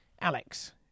Alex